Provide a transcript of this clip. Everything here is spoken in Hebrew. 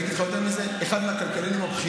אני אגיד לך יותר מזה, אחד מהכלכלנים הבכירים,